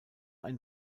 ein